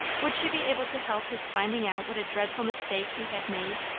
would she be able to help his finding out what a dreadful mistake he had made,